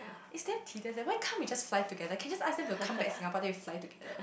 it's damn tedious eh why can't we just fly together can I just ask them to come back to Singapore then we fly together